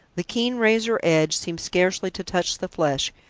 the keen razor edge seemed scarcely to touch the flesh,